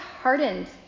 hardened